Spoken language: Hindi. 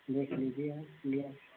देख लीजिए आप